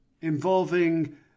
involving